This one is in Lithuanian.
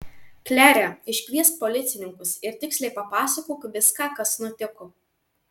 klere iškviesk policininkus ir tiksliai papasakok viską kas nutiko